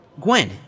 Gwen